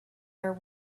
are